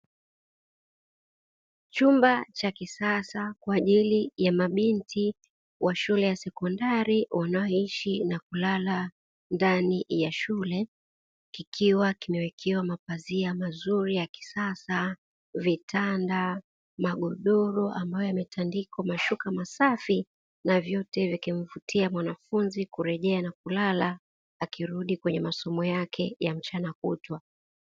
Chumba cha kisasa kwa ajili ya mabinti wa shule ya sekondari wanaoishi na kulala ndani ya shule, kikiwa kimewekewa mapazia mazuri ya kisasa, vitanda, magodoro ambayo yametandikwa mashuka masafi, na vyote vikimvutia mwanafunzi kurejea na kulala akirudi kwenye masomo yake ya mchana kutwa.